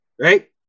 right